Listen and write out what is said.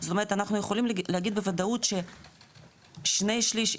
זאת אומרת אנחנו יכולים להגיד בוודאות ששני שליש,